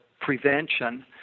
prevention